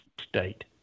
state